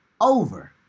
over